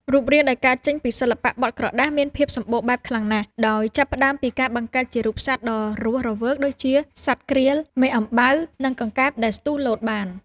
រូបរាងដែលកើតចេញពីសិល្បៈបត់ក្រដាសមានភាពសម្បូរបែបខ្លាំងណាស់ ដោយចាប់ផ្ដើមពីការបង្កើតជារូបសត្វដ៏រស់រវើកដូចជា សត្វក្រៀល មេអំបៅ និងកង្កែបដែលស្ទុះលោតបាន។